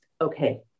okay